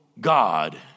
God